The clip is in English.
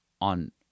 on